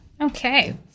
Okay